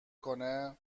کنه